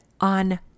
on